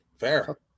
fair